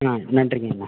ஆ நன்றிங்கண்ண